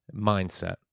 mindset